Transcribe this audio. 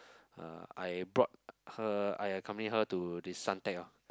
uh I brought her I accompanied her to this Suntec lor